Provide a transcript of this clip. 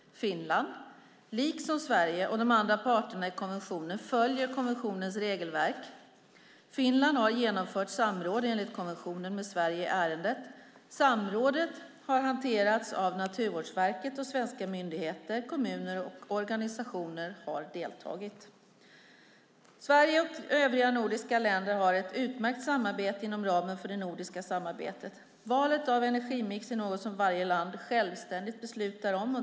Finland liksom Sverige och de andra parterna i konventionen följer konventionens regelverk. Finland har enligt konventionen genomfört samråd med Sverige i ärendet. Samrådet har hanterats av Naturvårdsverket, och svenska myndigheter, kommuner och organisationer har deltagit. Sverige och de övriga nordiska länderna har ett utmärkt samarbete inom ramen för det nordiska samarbetet. Valet av energimix är något som varje land självständigt beslutar om.